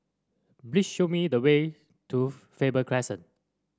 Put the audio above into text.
please show me the way to Faber Crescent